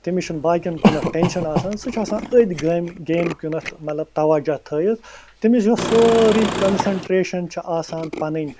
تٔمِس چھُنہٕ باقِیَن کُنَتھ ٹینشَن آسان سُہ چھِ آسان أتھۍ گٲم گیمہِ کُنَتھ مطلب توجہ تھٲیِتھ تٔمِس یۄس سٲرٕے کَنسَنٹریشَن چھِ آسان پَنٕنۍ